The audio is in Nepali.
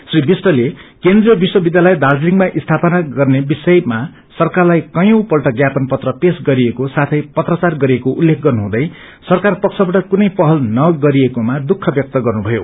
श्री विष्टले केन्द्रीय विश्व विष्यातय दार्जीलिङ्मा स्थापना गर्ने विषयमा सरकारलाई कैयी पल्ट ज्ञापन पत्र पेश गरिएको साथै पत्राचार गरिएको उल्लेख गर्नुहिद सरकार पक्षबाट कुनै पहल न गरिएकोमा दुःख ब्यक्त गर्नु भयो